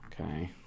okay